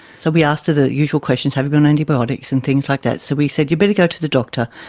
so we asked the usual questions have you been on antibiotics, and things like that. so we said you'd better go to the doctor.